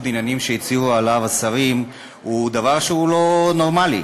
עניינים שהצהירו עליו השרים הוא דבר שהוא לא נורמלי.